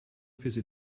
fizzy